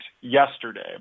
yesterday